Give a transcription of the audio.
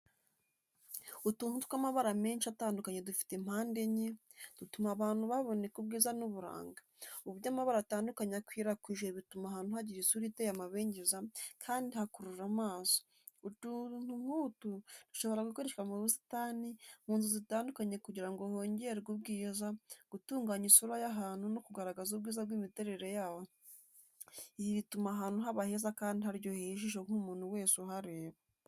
Utuntu tw’amabara menshi atandukanye dufite mpande enye, dutuma ahantu haboneka ubwiza n’uburanga. Uburyo amabara atandukanye akwirakwijwe bituma ahantu hagira isura iteye amabengeza kandi hakurura amaso. Uduntu nk’utu dushobora gukoreshwa mu busitani, mu nzu zitandukanye kugira ngo hongerwe ubwiza, gutunganya isura y’ahantu no kugaragaza ubwiza bw’imiterere yaho. Ibi bituma ahantu haba heza kandi haryoheye ijisho ku muntu wese uhareba.